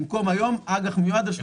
במקום היום אג"ח מיועד זה 30% מהתיק.